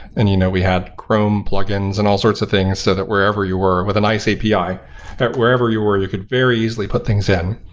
and you know we had chrome plug-ins and all sorts of things so that wherever you were, with a nice api, that wherever you were you could very easily put things in.